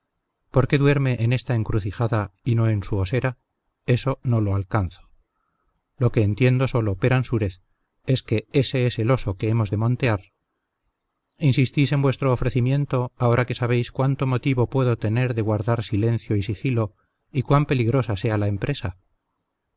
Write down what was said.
qué duerme en esta encrucijada y no en su osera eso no lo alcanzo lo que entiendo sólo peransúrez es que ése es el oso que hemos de montear insistís en vuestro ofrecimiento ahora que sabéis cuánto motivo puedo tener de guardar silencio y sigilo y cuán peligrosa sea la empresa